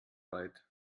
weit